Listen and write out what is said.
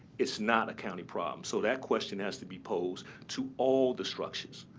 it's not a county problem. so that question has to be posed to all the structures.